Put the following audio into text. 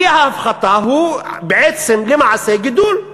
אי-הפחתה הוא בעצם, למעשה, גידול.